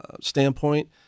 standpoint